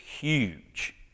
huge